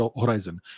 horizon